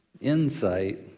insight